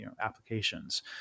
applications